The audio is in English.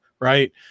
Right